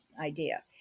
idea